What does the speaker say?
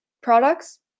products